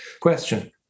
Question